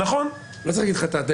לא הייתי צריך להגיד לך את הדלתא?